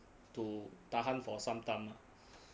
to tahan for some time